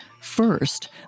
First